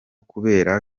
kubera